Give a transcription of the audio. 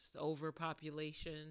overpopulation